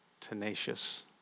tenacious